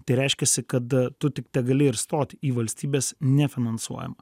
tai reiškiasi kada tu tik tegali ir stot į valstybės nefinansuojamą